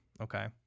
okay